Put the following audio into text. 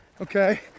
Okay